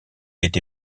été